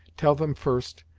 tell them first,